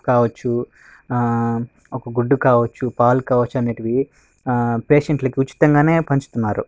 ఆ ఒక గుడ్డు కావచ్చు పాలు కావచ్చు అనేవి ఆ పేషెంట్లకు ఉచితంగానే పంచుతున్నారు